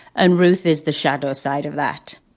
and ruth is the shadow side of that,